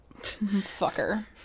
Fucker